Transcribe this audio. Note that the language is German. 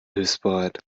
hilfsbereit